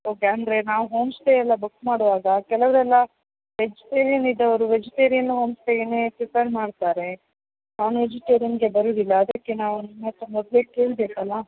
okay ಅಂದರೆ ನಾವು home stay ಎಲ್ಲ ಬುಕ್ ಮಾಡುವಾಗ ಕೆಲವರೆಲ್ಲ ವೆಜಿಟೇರಿಯನ್ ಇದ್ದವರು ವೆಜಿಟೇರಿಯನ್ ಹೋಮ್ ಸ್ಟೇಯನ್ನೇ ಪ್ರಿಫರ್ ಮಾಡ್ತಾರೆ ನಾನ್ ವೆಜಿಟೇರಿಯನ್ಗೆ ಬರುವುದಿಲ್ಲ ಅದಕ್ಕೆ ನಾವು ನಿಮ್ಮ ಹತ್ತಿರ ಮೊದಲೇ ಕೇಳಬೇಕಲ್ಲ